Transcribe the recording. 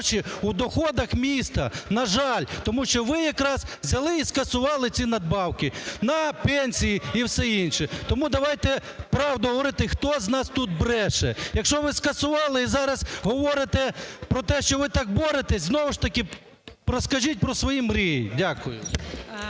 гроші в доходах міста. На жаль. Тому що ви якраз взяли і скасували ці надбавки на пенсії і все інше. Тому давайте правду говорити, хто з нас тут бреше. Якщо ви скасували і зараз говорите про те, що ви так боретесь, знову ж таки, розкажіть про свої мрії. Дякую.